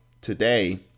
today